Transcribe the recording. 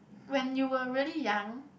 when you were really young